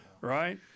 Right